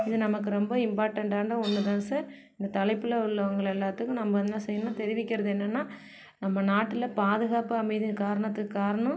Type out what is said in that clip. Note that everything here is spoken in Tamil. இது நமக்கு ரொம்ப இம்பார்ட்டன்ட்டான ஒன்று தான் சார் இந்த தலைப்பில் உள்ளவங்களை எல்லாத்துக்கும் நம்ம என்ன செய்யனும்னா தெரிவிக்கிறது என்னென்னா நம்ம நாட்டில் பாதுகாப்பாக அமைகிறதுக்கு காரணத்துக்கு காரணம்